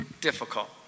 difficult